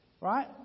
right